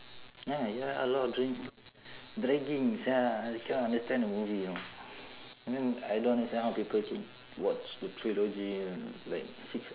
ya ya lord of the rings bragging sia I cannot understand the movie you know and then I don't understand how people keep watch the trilogy like six